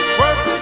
work